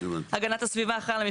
והמשרד להגנת הסביבה על המפרט שלו.